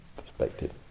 perspective